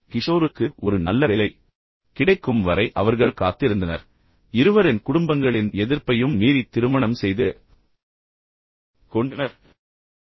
கிஷோருக்கு ஒரு நல்ல வேலை கிடைக்கும் வரை அவர்கள் காத்திருந்தனர் இருவரின் குடும்பங்களின் எதிர்ப்பையும் மீறி திருமணம் செய்து கொண்டனர்